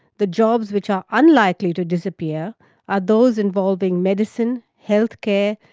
the jobs which are unlikely to disappear are those involving medicine, health care,